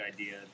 idea